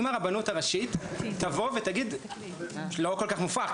אם הרבנות הראשית תבוא ותגיד לא כל כך מופרך,